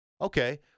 Okay